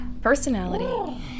personality